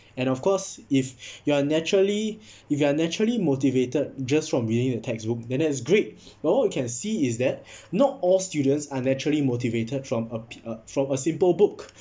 and of course if you are naturally if you are naturally motivated just from reading the textbook then that's great but what we can see is that not all students are naturally motivated from a from a simple book